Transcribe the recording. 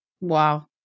Wow